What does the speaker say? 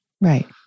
Right